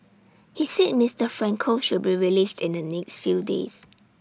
he said Mister Franco should be released in the next few days